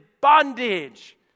bondage